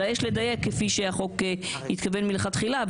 אלא יש לדייק כפי שהחוק התכוון מלכתחילה,